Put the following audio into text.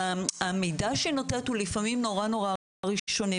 המידע שהיא נותנת הוא לפעמים נורא-נורא ראשוני,